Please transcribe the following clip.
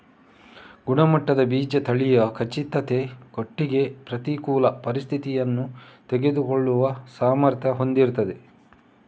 ಗುಣಮಟ್ಟದ ಬೀಜ ತಳಿಯ ಖಚಿತತೆ ಒಟ್ಟಿಗೆ ಪ್ರತಿಕೂಲ ಪರಿಸ್ಥಿತಿಯನ್ನ ತಡೆದುಕೊಳ್ಳುವ ಸಾಮರ್ಥ್ಯ ಹೊಂದಿರ್ತದೆ